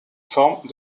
forme